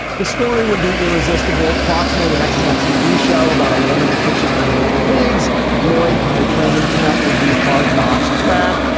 the story would be irresistible. fox made an excellent tv show about a woman pitching in the major leagues lloyd in a training camp would be hard knocks crack.